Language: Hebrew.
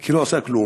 כי היא לא עושה כלום,